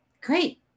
great